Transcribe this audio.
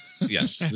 Yes